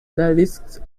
risks